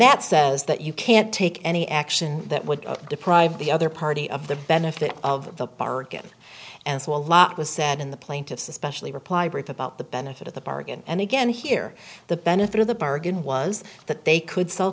that says that you can't take any action that would deprive the other party of the benefit of the bargain and so a lot was said in the plaintiffs especially reply brief about the benefit of the bargain and again here the benefit of the bargain was that they could sell